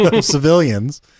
civilians